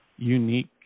unique